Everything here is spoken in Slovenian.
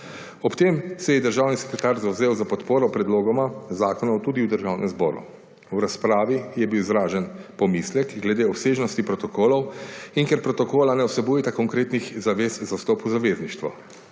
Ob tem se je državni sekretar zavzel za podporo predlogoma zakona tudi v Državnem zboru. V razpravi je bil izražen pomislek glede obsežnosti protokolov in ker protokola ne vsebujeta konkretnih zavez za vstop v zavezništvo.